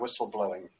whistleblowing